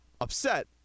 upset